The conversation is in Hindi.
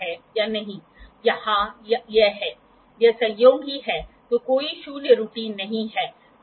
तो इसके साथ हम h का पता लगाने की कोशिश कर सकते हैं ऊंचाई कुछ और नहीं बल्कि L into sin θ है